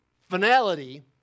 finality